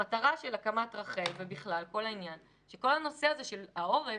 המטרה של הקמת רח"ל היא שכל הנושא של העורף,